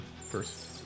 first